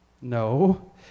No